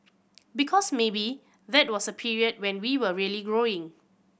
because maybe that was a period when we were really growing